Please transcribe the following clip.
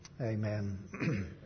Amen